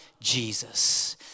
Jesus